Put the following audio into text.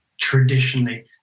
traditionally